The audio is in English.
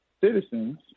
citizens